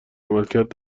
عملکرد